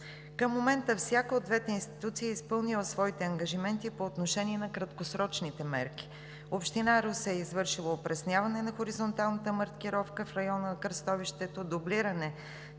Към момента всяка от двете институции е изпълнила своите ангажименти по отношение на краткосрочните мерки. Община Русе е извършила: - опресняване на хоризонталната маркировка в района на кръстовището, дублиране